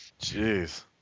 Jeez